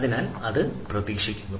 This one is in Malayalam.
അതിനാൽ അത് പ്രതീക്ഷിക്കുന്നു